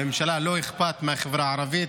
לממשלה לא אכפת מהחברה הערבית,